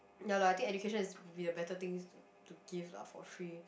ya lah I think education is would be a better things to give for free